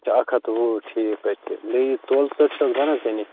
اَچھا اکھ ہتھ وُہ ٹھیٖک حظ چھُ بیٚیہِ یہِ تولہٕ ژوٚٹ چھِ بنان ژےٚ نِش